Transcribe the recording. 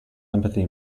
empathy